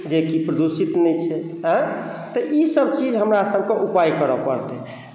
जेकि प्रदूषित नहि छै आंँय तऽ ई सब चीज हमरा सब कऽ उपाय करऽ पड़तै